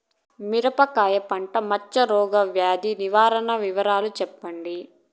మిరపకాయ పంట మచ్చ రోగాల వ్యాధి నివారణ వివరాలు చెప్పండి?